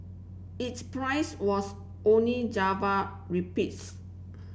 its price was only Java rupees